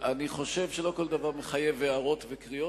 אני חושב שלא כל דבר מחייב הערות וקריאות.